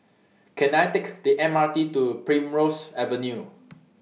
Can I Take The M R T to Primrose Avenue